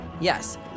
Yes